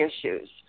issues